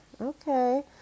Okay